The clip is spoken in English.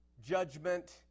judgment